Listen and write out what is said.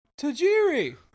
Tajiri